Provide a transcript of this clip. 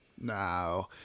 No